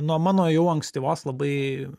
nuo mano jau ankstyvos labai